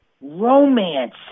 romance